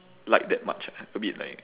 like that much ah a bit like